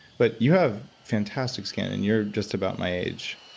but you have fantastic skin and you're just about my age.